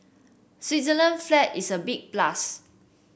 Switzerland's flag is a big plus